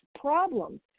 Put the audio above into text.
problems